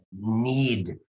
need